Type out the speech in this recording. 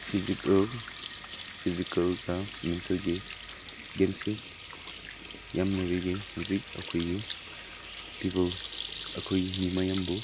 physical ꯐꯤꯖꯤꯀꯦꯜꯒ ꯃꯦꯟꯇꯜꯒꯤ ꯒꯦꯝꯁꯤ ꯌꯥꯝ ꯂꯩꯔꯤꯌꯦ ꯍꯧꯖꯤꯛ ꯑꯩꯈꯣꯏꯒꯤ ꯄꯤꯄꯜ ꯑꯩꯈꯣꯏ ꯃꯤ ꯃꯌꯥꯝꯕꯨ